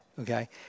Okay